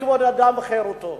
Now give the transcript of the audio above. כבוד האדם וחירותו.